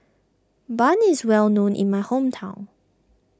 Bun is well known in my hometown